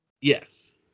Yes